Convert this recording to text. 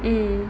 mm